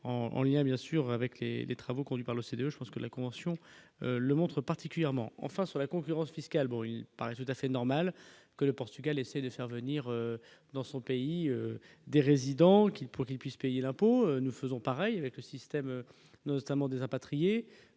en lien bien sûr avec les les travaux conduits par l'OCDE, je pense que la convention le montrent particulièrement enfin sur la concurrence fiscale, bon, il paraît tout à fait normal que le Portugal dessert venir dans son pays des résidents qui, pour qu'ils puissent payer l'impôt, nous faisons pareil avec le système, notamment des impatriés,